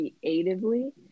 creatively